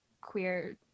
queer